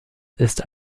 ist